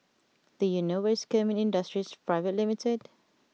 do you know where is Kemin Industries Private Limited